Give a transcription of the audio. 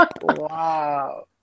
Wow